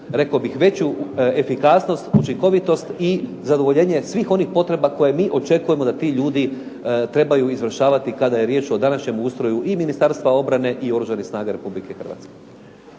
rekao bih veću efikasnost, učinkovitost i zadovoljenje svih onih potreba koje mi očekujemo da ti ljudi trebaju izvršavati kada je riječ o današnjem ustroju i Ministarstva obrane i Oružanih snaga Republike Hrvatske.